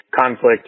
conflict